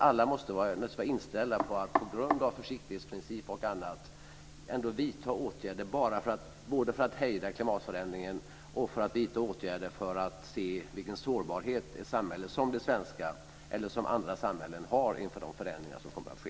Alla måste vara inställda, på grund av försiktighetsprincip och annat, på att ändå vidta åtgärder, både för att hejda klimatförändringen och för att se vilken sårbarhet ett samhälle som t.ex. det svenska har inför de förändringar som kommer att ske.